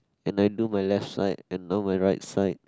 and I do my left side and now my right side